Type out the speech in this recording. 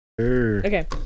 okay